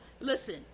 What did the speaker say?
listen